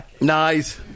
nice